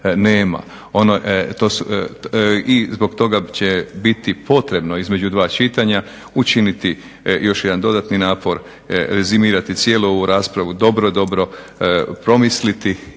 I zbog toga će biti potrebno između 2 čitanja učiniti još jedan dodatni napor, rezimirati cijelu ovu raspravu, dobro, dobro promisliti